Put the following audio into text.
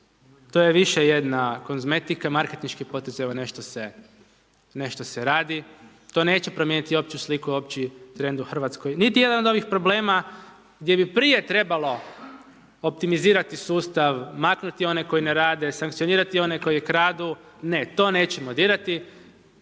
to je više jedna kozmetika, marketinški potez, evo nešto se radi, to neće promijeniti opću sliku, opći trend u Hrvatskoj. Niti jedna od ovih problema gdje bi prije trebalo optimizirati sustav, maknuti one koji ne rade, sankcionirati one koji kradu, ne, to nećemo dirati